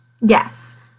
Yes